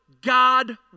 God